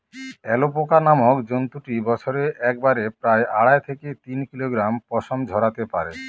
alpaca নামক জন্তুটি বছরে একবারে প্রায় আড়াই থেকে তিন কিলোগ্রাম পশম ঝোরাতে পারে